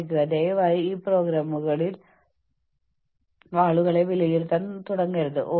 എന്റെ കുടുംബത്തിൽ ഒരു പ്രശ്നമുണ്ടെങ്കിൽ ആർക്കെങ്കിലും അസുഖമുണ്ടെങ്കിൽ